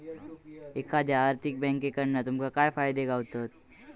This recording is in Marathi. एखाद्या आर्थिक बँककडना तुमका काय फायदे गावतत?